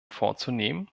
vorzunehmen